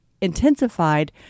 intensified